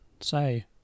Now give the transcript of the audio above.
say